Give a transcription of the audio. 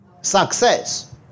success